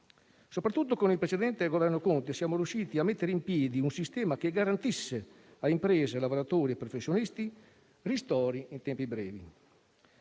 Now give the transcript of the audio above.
Soprattutto con il precedente Governo Conte, siamo riusciti a mettere in piedi un sistema che garantisse a imprese, lavoratori e professionisti ristori in tempi brevi;